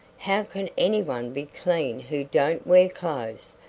how can any one be clean who don't wear clothes,